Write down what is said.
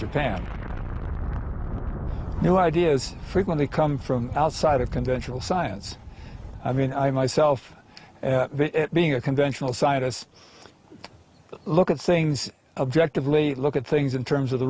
japan new ideas frequently come from outside of conventional science i mean i myself being a conventional scientists look at things objectively look at things in terms of the